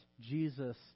Jesus